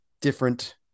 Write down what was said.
different